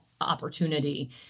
opportunity